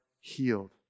healed